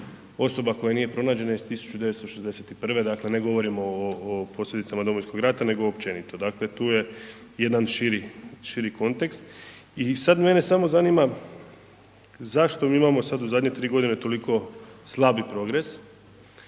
osoba koja nije pronađena iz 1961., dakle ne govorimo o posljedicama Domovinskoga rata, nego općenito. Dakle, tu je jedan širi, širi kontekst i sad mene samo zanima zašto imamo sad u zadnje tri godine toliko slabi progres,